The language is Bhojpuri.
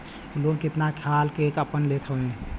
लोन कितना खाल के आप लेत हईन?